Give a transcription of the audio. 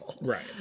Right